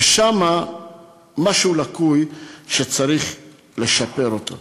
ומשהו שם לקוי וצריך לשפר אותו.